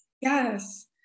Yes